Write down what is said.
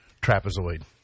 Trapezoid